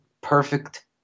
perfect